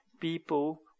people